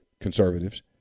conservatives